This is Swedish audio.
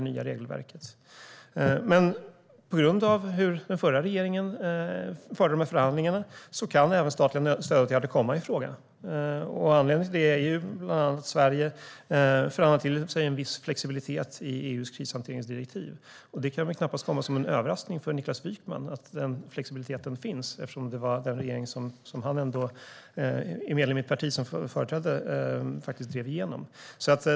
På grund av hur den förra regeringen förde förhandlingarna kan dock även statliga stödåtgärder komma i fråga. Anledningen till det är ju att bland annat Sverige förhandlade till sig en viss flexibilitet i EU:s krishanteringsdirektiv. Det kan väl knappast komma som en överraskning för Niklas Wykman att den flexibiliteten finns, eftersom han är medlem i ett parti som ingick i den regering som faktiskt drev igenom detta.